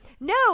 No